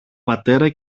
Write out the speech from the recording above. πατέρα